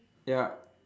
ya